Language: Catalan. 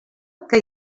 que